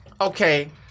Okay